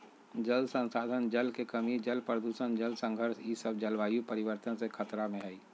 जल संसाधन, जल के कमी, जल प्रदूषण, जल संघर्ष ई सब जलवायु परिवर्तन से खतरा में हइ